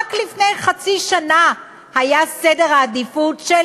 שרק לפני חצי שנה היה סדר העדיפויות של